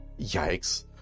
yikes